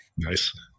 Nice